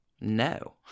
No